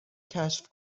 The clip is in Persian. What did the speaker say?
کشف